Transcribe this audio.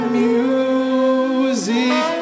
music